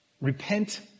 Repent